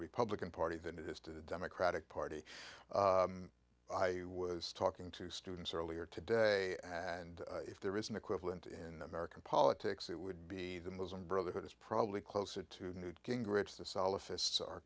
republican party than it is to the democratic party i was talking to students earlier today and if there is an equivalent in american politics it would be the muslim brotherhood is probably closer to newt gingrich the